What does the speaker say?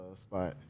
spot